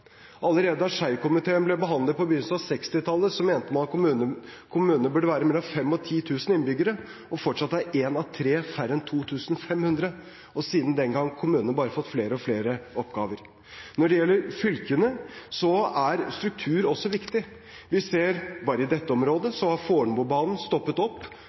Allerede da Schei-komiteens innstilling ble behandlet på begynnelsen av 1960-tallet, mente man at kommunene burde ha mellom 5 000 og 10 000 innbyggere. Fortsatt har en av tre kommuner færre enn 2 500, og siden den gang har kommunene fått flere og flere oppgaver. Når det gjelder fylkene, er struktur også viktig. Vi ser at i dette området har Fornebubanen stoppet opp